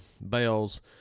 Bells